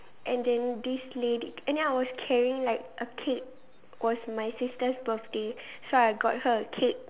and then this lady and then I was carrying like a cake was my sister's birthday so I got her a cake